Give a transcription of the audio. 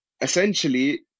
essentially